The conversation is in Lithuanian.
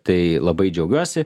tai labai džiaugiuosi